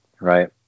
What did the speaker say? right